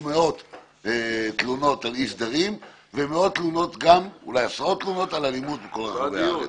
מאות תלונות על אי סדרים ואולי עשרות תלונות על אלימות בכל רחבי הארץ,